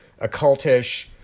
occultish